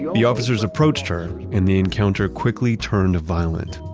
the officers approached her and the encounter quickly turned violent.